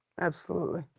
absolutely.